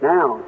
Now